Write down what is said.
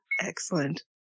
Excellent